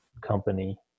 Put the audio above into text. company